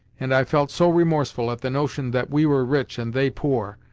and i felt so remorseful at the notion that we were rich and they poor,